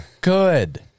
Good